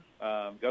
go